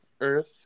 earth